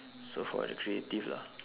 so for the creative lah